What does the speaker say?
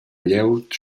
glieud